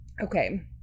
okay